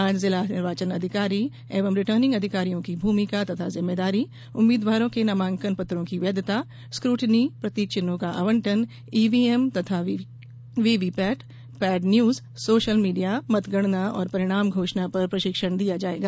आज जिला निर्वाचन अधिकारी एवं रिटर्निंग अधिकारियों की भूमिका तथा जिम्मेदारी उम्मीदवारों के नामांकन पत्रों की वैधता स्क्रूटनी प्रतीक चिन्हों का आवंटन ईव्हीएम एवं VVPAT paid news social media मतगणना एवं परिणाम घोषणा पर प्रशिक्षण दिया जायेगा